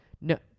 No